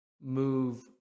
move